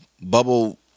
bubble